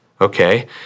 okay